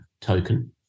token